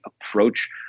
approach